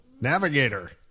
Navigator